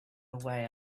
away